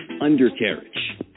undercarriage